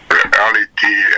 reality